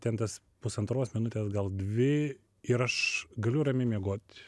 ten tas pusantros minutės gal dvi ir aš galiu ramiai miegot